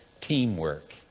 teamwork